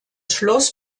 schloss